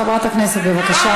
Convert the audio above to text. חברת הכנסת בבקשה.